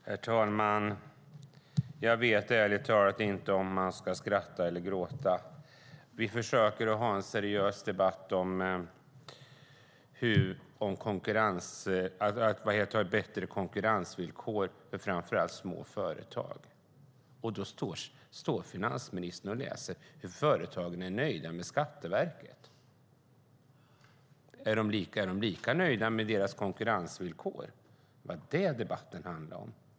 Herr talman! Jag vet ärligt talat inte om man ska skratta eller gråta. Vi försöker ha en seriös debatt om bättre konkurrensvillkor för framför allt små företag, och då står finansministern här och läser upp hur företagen är nöjda med Skatteverket! Är de lika nöjda med deras konkurrensvillkor? Det var det debatten skulle handla om.